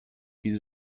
die